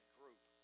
group